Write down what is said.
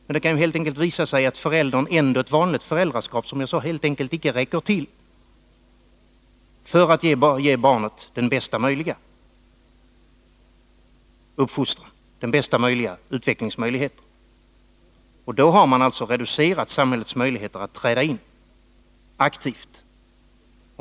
Men det kan ju helt enkelt visa sig att föräldern icke räcker till för att ge barnet den bästa möjliga uppfostran och de bästa utvecklingsmöjligheterna. Då har man alltså reducerat samhällets möjligheter att träda in aktivt.